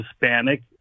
Hispanic